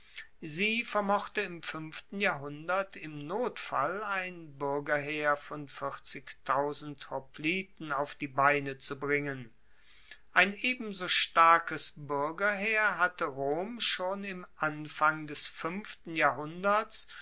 sie vermochte im fuenften jahrhundert im notfall ein buergerheer von hopliten auf die beine zu bringen ein ebenso starkes buergerheer hatte rom schon im anfang des fuenften jahrhunderts